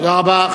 תודה רבה.